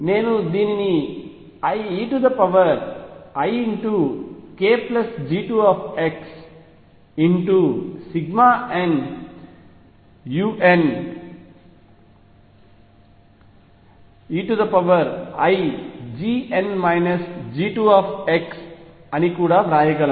నేను దీనిని eikG2xnuneix అని కూడా వ్రాయగలను